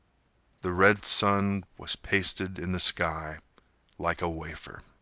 the red sun was pasted in the sky like a wafer.